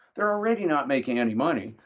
they're already not making any money,